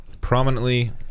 Prominently